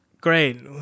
Great